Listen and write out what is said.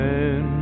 Man